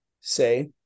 say